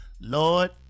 Lord